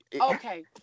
Okay